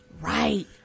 right